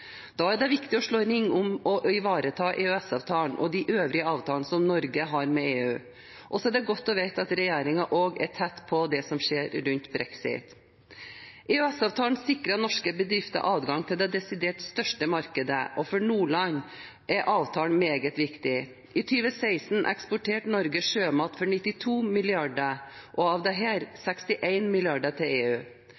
Da er det viktig å slå ring om og ivareta EØS-avtalen og de øvrige avtalene som Norge har med EU. Det er godt å vite at regjeringen også er tett på det som skjer rundt brexit. EØS-avtalen sikrer norske bedrifter adgang til det desidert største markedet, og for Nordland er avtalen meget viktig. I 2016 eksporterte Norge sjømat for 92 mrd. kr, av